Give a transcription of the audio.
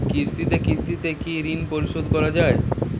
কিস্তিতে কিস্তিতে কি ঋণ পরিশোধ করা য়ায়?